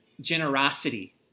generosity